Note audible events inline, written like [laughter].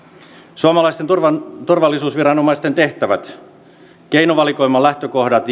suomalaisten turvallisuusviranomaisten tehtävät keinovalikoiman lähtökohdat [unintelligible]